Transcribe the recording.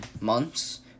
months